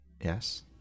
yes